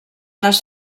les